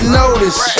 notice